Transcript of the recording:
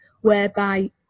whereby